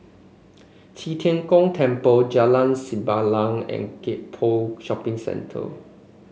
Qi Tian Gong Temple Jalan Sembilang and Gek Poh Shopping Centre